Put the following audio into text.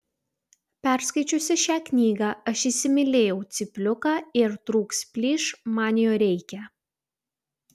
perskaičiusi šią knygą aš įsimylėjau cypliuką ir trūks plyš man jo reikia